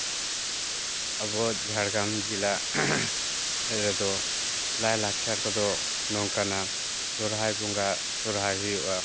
ᱟᱵᱚᱣᱟᱜ ᱡᱷᱟᱲᱜᱨᱟᱢ ᱡᱮᱞᱟ ᱨᱮᱫᱚ ᱞᱟᱭᱼᱞᱟᱠᱪᱟᱨ ᱠᱚᱫᱚ ᱱᱚᱝᱠᱟᱱᱟ ᱥᱚᱨᱦᱟᱭ ᱵᱚᱸᱜᱟ ᱥᱚᱨᱦᱟᱭ ᱦᱩᱭᱩᱜᱼᱟ